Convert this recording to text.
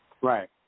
Right